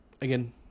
again